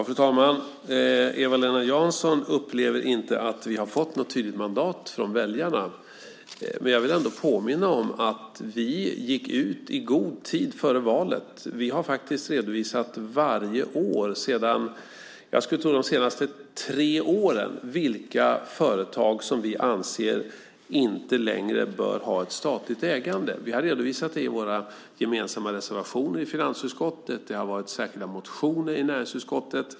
Fru talman! Eva-Lena Jansson upplever inte att vi har fått något tydligt mandat från väljarna. Men jag vill ändå påminna om att vi gick ut med detta i god tid före valet. Vi har faktiskt redovisat varje år - jag skulle tro att det är de senaste tre åren - vilka företag som vi anser inte längre bör ha ett statligt ägande. Vi har redovisat det i våra gemensamma reservationer i finansutskottet. Det har varit särskilda motioner i näringsutskottet.